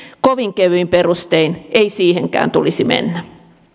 kovin kevyin perustein ei siihenkään tulisi mennä